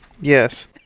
Yes